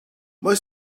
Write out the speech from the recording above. most